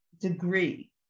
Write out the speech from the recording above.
degree